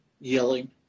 Yelling